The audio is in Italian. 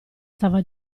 stava